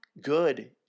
good